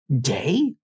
day